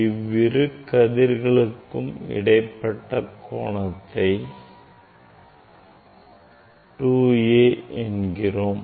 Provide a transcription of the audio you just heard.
இவ்விரு கதிர்களுக்கு இடைப்பட்ட கோணத்தின் மதிப்பு 2A ஆகும்